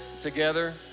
together